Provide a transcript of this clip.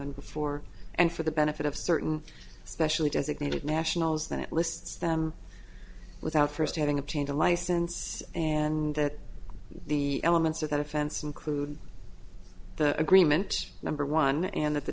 and before and for the benefit of certain specially designated nationals then it lists them without first having obtained a license and that the elements of that offense include the agreement number one and that the